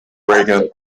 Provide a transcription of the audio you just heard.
reagan